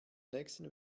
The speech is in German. nächsten